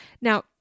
Now